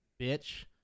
bitch